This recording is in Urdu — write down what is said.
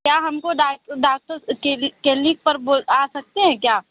کیا ہم کو ڈاک ڈاکرس کلینک پر بُلا سکتے ہیں کیا